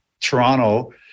Toronto